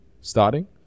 starting